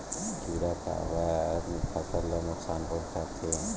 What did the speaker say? किड़ा काबर फसल ल नुकसान पहुचाथे?